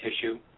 tissue